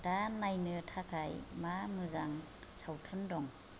दा नायनो थाखाय मा मोजां सावथुन दं